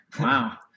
Wow